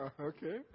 Okay